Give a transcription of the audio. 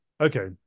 okay